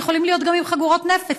יכולים להיות גם עם חגורות נפץ,